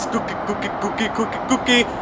cookie, cookie, cookie, cookie, cookie.